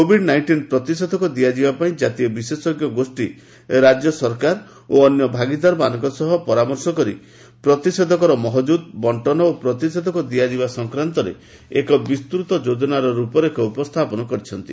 Covid ନାଇଷ୍କିନ୍ ପ୍ରତିଷେଧକ ଦିଆଯିବା ପାଇଁ ଜାତୀୟ ବିଶେଷଜ୍ଞ ଗୋଷ୍ଠୀ ରାଜ୍ୟ ସରକାର ଓ ଅନ୍ୟ ଭାଗିଦାରମାନଙ୍କ ସହ ପରାମର୍ଶ କରି ପ୍ରତିଷେଧକର ମହଜୁଦ ବଣ୍ଟନ ଓ ପ୍ରତିଷେଧକ ଦିଆଯିବା ସଂକ୍ରାନ୍ତରେ ଏକ ବିସ୍ତୂତ ଯୋଜନାର ରୂପ ରେଖ ଉପସ୍ଥାପନ କରିଛନ୍ତି